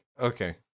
okay